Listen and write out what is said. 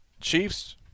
Chiefs